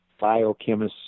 biochemists